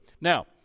Now